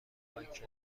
مایکل